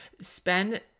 spend